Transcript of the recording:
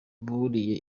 buriye